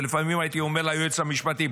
ולפעמים הייתי אומר לייעוץ המשפטי,